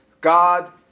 God